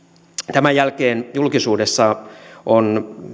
tämän jälkeen julkisuudessa on